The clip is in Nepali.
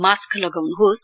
मास्क लगाउनुहोस